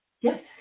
Yes